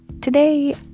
today